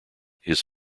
his